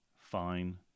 fine